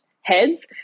heads